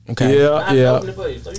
Okay